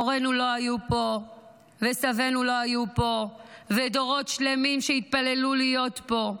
הורינו לא היו פה וסבינו לא היו פה ודורות שלמים שהתפללו להיות פה.